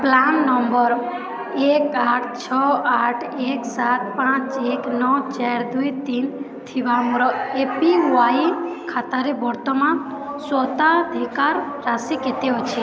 PRAN number ଏକ ଆଠ ଛଅ ଆଠ ଏକ ସାତ ପାଞ୍ଚ ଏକ ନଅ ଚାରି ଦୁଇ ତିନି ଥିବା ମୋର ଏ ପି ୱାଇ ଖାତାରେ ବର୍ତ୍ତମାନ ସ୍ୱତ୍ୱାଧିକାର ରାଶି କେତେ ଅଛି